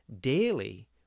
Daily